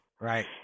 right